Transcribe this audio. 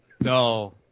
No